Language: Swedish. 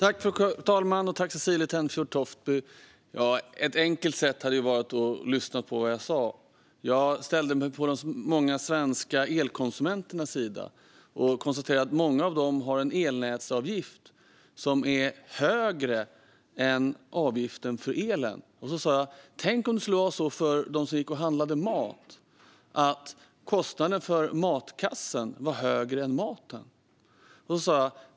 Fru talman! Jag tackar Cecilie Tenfjord Toftby. Ett enkelt sätt hade varit att lyssna på vad jag sa. Jag ställde mig på de många svenska elkonsumenternas sida och konstaterade att många av dem har en elnätsavgift som är högre än avgiften för elen. Jag sa: Tänk om det skulle vara så för dem som gick och handlade mat att kostnaden för matkassen var högre än maten!